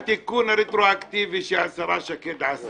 אני רוצה תשובה: התיקון הרטרואקטיבי שהשרה שקד עשתה,